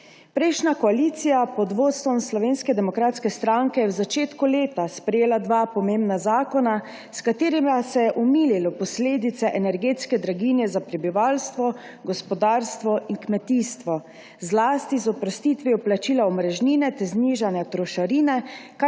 Prejšnja koalicija pod vodstvom Slovenske demokratske stranke je v začetku leta sprejela dva pomembna zakona, s katerima se je omililo posledice energetske draginje za prebivalstvo, gospodarstvo in kmetijstvo zlasti z oprostitvijo plačila omrežnine ter znižanjem trošarine,